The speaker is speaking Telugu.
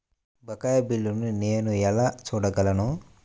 బకాయి బిల్లును నేను ఎలా చూడగలను?